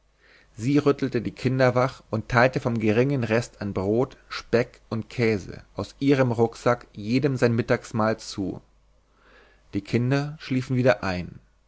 sie rüttelte die kinder wach und teilte vom geringen rest an brot speck und käse aus ihrem rucksack jedem sein mittagsmahl zu die kinder schliefen wieder ein